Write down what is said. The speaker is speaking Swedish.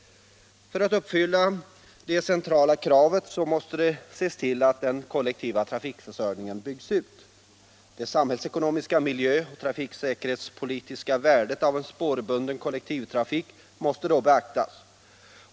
För att uppfylla detta centrala krav måste det ses till att den kollektiva trafikförsörjningen byggs ut. Det samhällsekonomiska, miljöoch trafiksäkerhetspolitiska värdet av en spårbunden kollektivtrafik måste då beaktas.